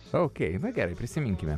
okei nu gerai prisiminkime